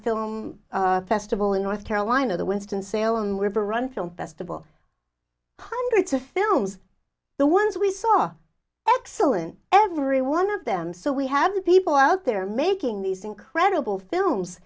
film festival in north carolina the winston salem were run film festival hundreds of films the ones we saw excellent every one of them so we have the people out there making these incredible films